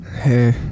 Hey